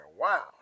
wow